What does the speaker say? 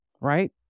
right